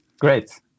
great